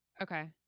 Okay